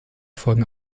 folgen